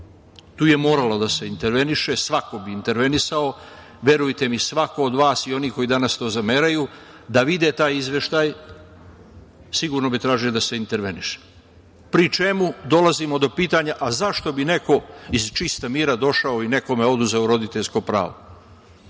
Tu je moralo da se interveniše. Svako bi intervenisao. Verujte mi, svako od vas, i oni koji danas to zameraju, da vide taj izveštaj sigurno bi tražio da se interveniše, pri čemu dolazimo do pitanja – a zašto bi neko iz čista mira došao i nekome oduzeo roditeljsko pravo?